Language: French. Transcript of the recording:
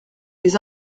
les